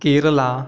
Kerala